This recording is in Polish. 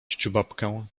ciuciubabkę